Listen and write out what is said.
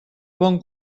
bon